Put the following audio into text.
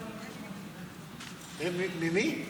תבקשו.